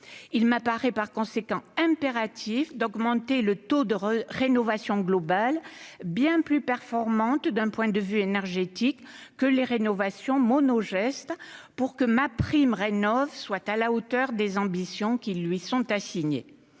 Il m'apparaît par conséquent impératif d'augmenter le taux de rénovations globales, bien plus performantes d'un point de vue énergétique que les rénovations monogestes, afin que MaPrimeRénov'soit à la hauteur des ambitions qui lui sont assignées.